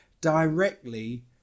directly